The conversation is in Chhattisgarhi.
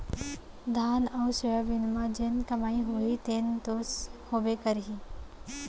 धान अउ सोयाबीन म जेन कमाई होही तेन तो होबे करही